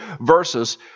verses